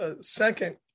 second